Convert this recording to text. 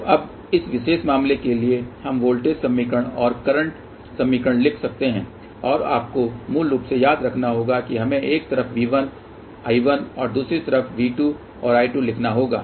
तो अब इस विशेष मामले के लिए हम वोल्टेज समीकरण और करंट समीकरण लिख सकते हैं और आपको मूल रूप से याद रखना होगा कि हमें एक तरफ V1 और I1 और दूसरी तरफ V2 और I2 लिखना होगा